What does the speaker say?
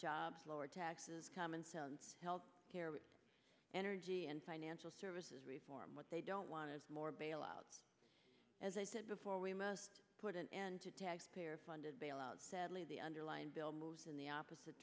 jobs lower taxes commonsense health care energy and financial services reform what they don't want is more bailouts as i said before we must put an end to taxpayer funded bailouts sadly the underlying bill moves in the opposite